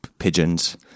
pigeons